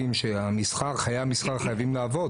אבל בשנת 2026 יהיו בו תיקונים כפי שהם בתיקון לחוק התוכנית הכלכלית.